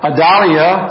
Adalia